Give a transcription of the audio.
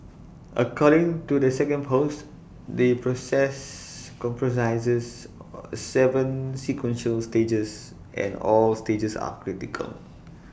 according to the second post the process comprises Seven sequential stages and all stages are critical